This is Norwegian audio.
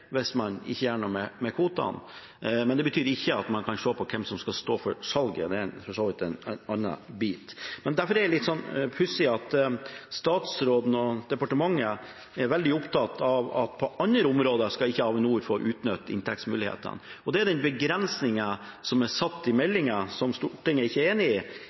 hvis man ikke gjør noe med kvotene, men det betyr ikke at man ikke kan se på hvem som skal stå for salget. Det er for så vidt en annen bit, og derfor er det litt pussig at statsråden og departementet er veldig opptatt av at på andre områder skal Avinor ikke få utnytte inntektsmulighetene. Det er den begrensningen som er satt i meldingen Stortinget ikke er enig i.